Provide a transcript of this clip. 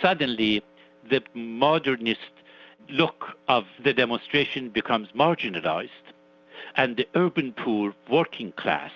suddenly the modernist look of the demonstration becomes marginalised and the urban poor working class